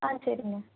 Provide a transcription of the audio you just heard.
ஆ சரிங்க